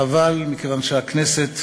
חבל, מכיוון שהכנסת